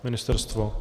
Ministerstvo?